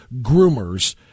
groomers